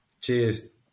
Cheers